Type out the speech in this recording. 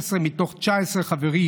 16 מתוך 19 חברים,